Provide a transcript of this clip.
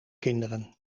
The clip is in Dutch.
kinderen